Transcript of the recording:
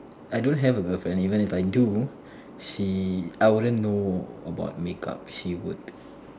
I don't have a girlfriend even if I do she I wouldn't know about make up she would